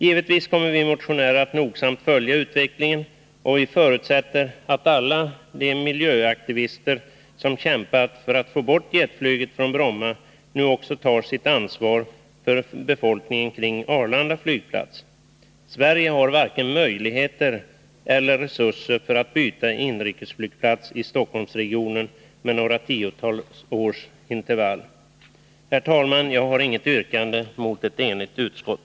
Givetvis kommer vi motionärer att nogsamt följa utvecklingen, och vi förutsätter att alla de miljöaktivister som kämpat för att få bort jetflyget från Bromma nu också tar sitt ansvar för befolkningen kring Arlanda flygplats. Sverige har varken möjligheter eller resurser för att byta inrikesflygplats i Stockholmsregionen med några tiotal års intervall. Herr talman! Jag har inget yrkande mot ett enigt utskott.